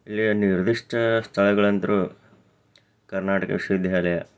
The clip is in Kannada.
ಇಲ್ಲಿಯ ನಿರ್ದಿಷ್ಟ ಸ್ಥಳಗಳಂದರೂ ಕರ್ನಾಟಕ ವಿಶ್ವವಿದ್ಯಾಲಯ